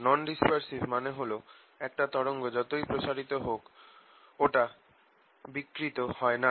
নন dispersive মানে হল যে একটা তরঙ্গ যতই প্রসারিত হোক ওটা বিকৃত হয় না